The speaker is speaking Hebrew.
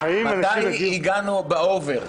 מתי הגענו באובר.